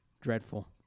Dreadful